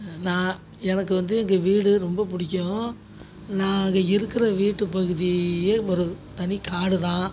நான் எனக்கு வந்து எங்கள் வீடு ரொம்ப பிடிக்கும் நான் இருக்கிற வீட்டு பகுதியே ஒரு தனி காடு தான்